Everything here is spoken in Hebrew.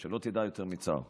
שלא תדע יותר צער.